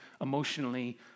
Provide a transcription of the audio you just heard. emotionally